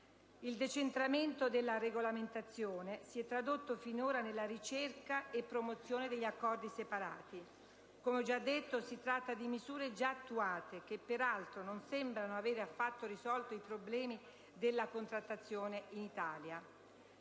il decentramento della regolamentazione esso si è tradotto finora nella ricerca e promozione degli accordi separati e nella approvazione di misure che peraltro non sembrano avere affatto risolto i problemi della contrattazione in Italia